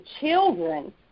children